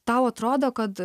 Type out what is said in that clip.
tau atrodo kad